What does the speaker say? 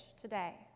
today